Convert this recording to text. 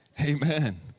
Amen